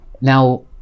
Now